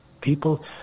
people